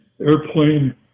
airplane